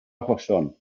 achosion